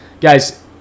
Guys